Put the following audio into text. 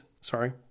Sorry